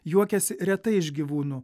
juokiasi retai iš gyvūnų